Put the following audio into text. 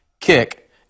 kick